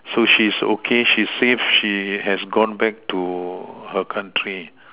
so she's okay she's safe she has gone back to her country